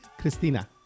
Christina